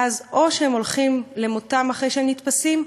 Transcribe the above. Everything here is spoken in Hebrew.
ואז או שהם הולכים למותם אחרי שהם נתפסים,